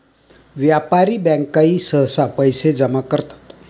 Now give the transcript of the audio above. व्यापारी बँकाही सहसा पैसे जमा करतात